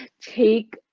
take